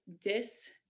dis